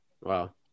wow